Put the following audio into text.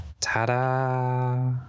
ta-da